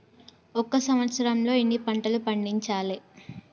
ఒక సంవత్సరంలో ఎన్ని పంటలు పండించాలే?